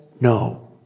no